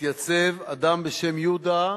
התייצב אדם בשם יהודה,